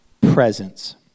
presence